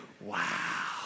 wow